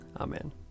Amen